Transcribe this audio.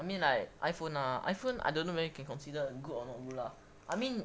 I mean like iphone ah iphone I don't know whether you can consider good or not good lah I mean